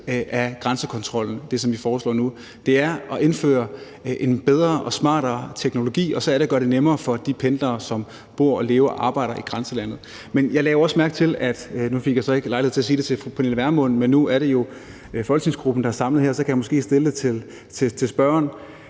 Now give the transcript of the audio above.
af grænsekontrollen, som vi nu foreslår, men det er at indføre en bedre og smartere teknologi og at gøre det nemmere for de pendlere, som bor, lever og arbejder i grænselandet. Nu fik jeg så ikke lejlighed til at sige det til fru Pernille Vermund, men det er jo folketingsgruppen, der her er samlet, og så kan jeg måske stille spørgsmålet til spørgeren.